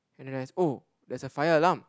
and I realised oh there's a fire alarm